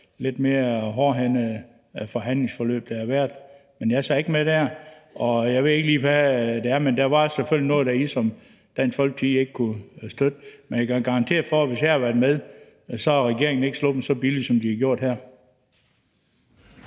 lidt mere hårdhændet forhandlingsforløb. Men jeg sad ikke med der, og jeg ved ikke lige, hvad det var, men der var selvfølgelig noget deri, som Dansk Folkeparti ikke kunne støtte. Men jeg kan garantere for, at hvis jeg havde været med, så var regeringen ikke sluppet så billigt, som de er her.